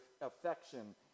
affection